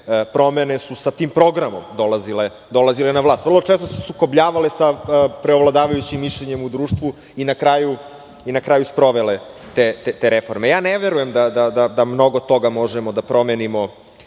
promene su sa tim programom dolazile na vlast. Vrlo često su se sukobljavale sa preovladavajućim mišljenjem u društvu i na kraju sprovele te reforme. Ne verujem da mnogo toga možemo da promenimo